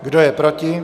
Kdo je proti?